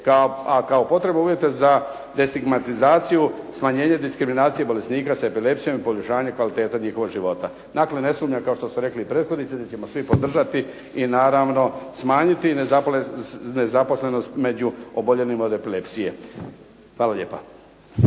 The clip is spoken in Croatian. a kao potrebu uvjeta za destigmatizaciju, smanjenje diskriminacije bolesnika sa epilepsijom i poboljšanje kvalitete njihova života. Dakle ne sumnjam kao što su rekli i prethodnici, da ćemo svi podržati i naravno smanjiti nezaposlenost među oboljelima od epilepsije. Hvala lijepa.